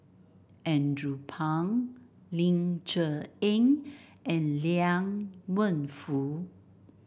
Andrew Phang Ling Cher Eng and Liang Wenfu